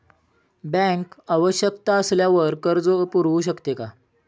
Bank आवश्यकता असल्यावर कर्ज पुरवू शकते का?